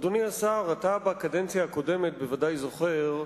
אדוני השר, בקדנציה הקודמת, אתה בוודאי זוכר,